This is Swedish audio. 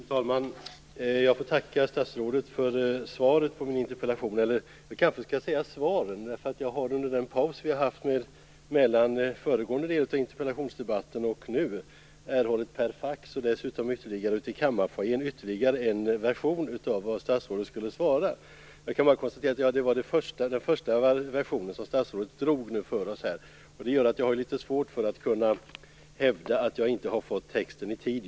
Fru talman! Jag får tacka statsrådet för svaret på min interpellation. Jag kanske skall säga svaren. Jag har under den paus som har varit mellan den föregående delen av interpellationsdebatten och nu per fax erhållit en andra version av statsrådets svar; den kom dessutom till kammarfoajén. Jag kan konstatera att statsrådet drog den första versionen för oss. Det gör att jag har litet svårt att hävda att jag inte har fått texten i tid.